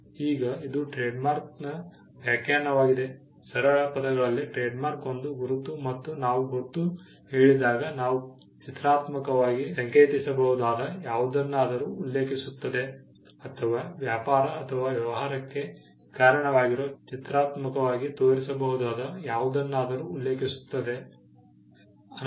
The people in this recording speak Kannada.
ಈಗ ಇದು ಟ್ರೇಡ್ಮಾರ್ಕ್ನ ವ್ಯಾಖ್ಯಾನವಾಗಿದೆ "ಸರಳ ಪದಗಳಲ್ಲಿ ಟ್ರೇಡ್ಮಾರ್ಕ್ ಒಂದು ಗುರುತು ಮತ್ತು ನಾವು ಗುರುತು ಹೇಳಿದಾಗ ನಾವು ಚಿತ್ರಾತ್ಮಕವಾಗಿ ಸಂಕೇತಿಸಬಹುದಾದ ಯಾವುದನ್ನಾದರೂ ಉಲ್ಲೇಖಿಸುತ್ತದೆ ಅಥವಾ ವ್ಯಾಪಾರ ಅಥವಾ ವ್ಯವಹಾರಕ್ಕೆ ಕಾರಣವಾಗಿರುವ ಚಿತ್ರಾತ್ಮಕವಾಗಿ ತೋರಿಸಬಹುದಾದ ಯಾವುದನ್ನಾದರೂ ಉಲ್ಲೇಖಿಸುತ್ತದೆ"